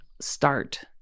start